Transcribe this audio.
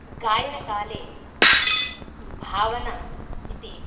गायनकाले भावना इति